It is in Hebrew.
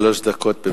שלוש דקות, בבקשה.